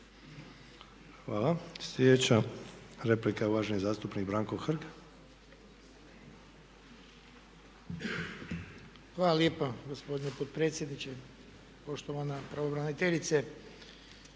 Hvala. Sljedeća replika je uvaženi zastupnik Branko Hrg. **Hrg, Branko (HSS)** Hvala lijepa gospodine potpredsjedniče. Poštovana pravobraniteljice,